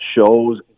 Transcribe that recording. shows